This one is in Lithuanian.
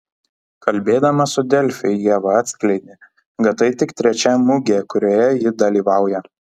kalbėdama su delfi ieva atskleidė kad tai tik trečia mugė kurioje ji dalyvauja